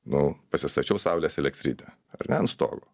nu pasistačiau saulės elektrinę ar ne ant stogo